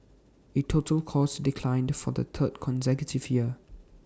IT total costs declined for the third consecutive year